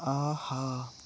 آہا